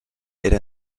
era